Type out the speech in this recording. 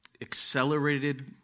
accelerated